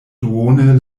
duone